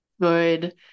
good